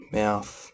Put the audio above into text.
mouth